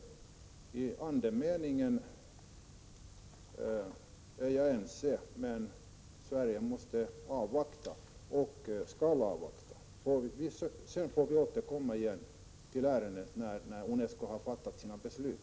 Vi är överens i andemeningen, men Sverige måste avvakta och skall avvakta. Vi får återkomma till ärendet när UNESCO har fattat sina beslut.